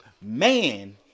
man